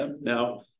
Now